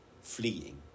fleeing